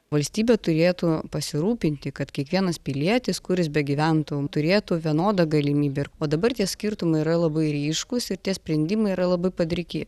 valstybė turėtų pasirūpinti kad kiekvienas pilietis kur jis begyventų turėtų vienodą galimybę ir o dabar tie skirtumai yra labai ryškūs ir tie sprendimai yra labai padriki